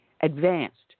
advanced